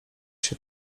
się